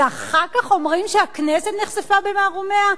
ואחר כך אומרים שהכנסת נחשפה במערומיה?